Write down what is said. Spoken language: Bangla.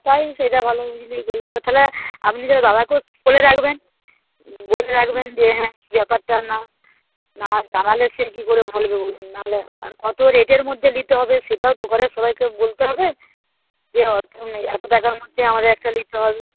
তাই সেটা ভালো বুঝলেই তাহলে আপনি দাদাকেও একটু বলে রাখবেন বলে রাখবেন যে হ্যাঁ ব্যাপারটা না না জানালে সে কী করে বলবে বলুন না হলে আর কত রেটের মধ্যে নিতে হবে সেটাও তো ঘরের সবাইকে বলতে হবে যে অত এত টাকার মধ্যে আমাকে একটা নিতে হবে